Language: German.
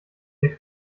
der